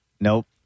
Nope